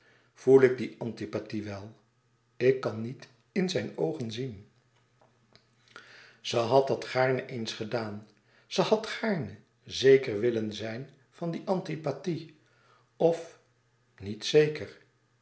voel ik die antipathie wel ik kan niet in zijn oogen zien ze had dat gaarne eens gedaan ze had gaarne zeker willen zijn van die antipathie of niet zeker